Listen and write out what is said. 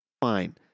fine